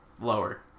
lower